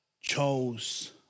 chose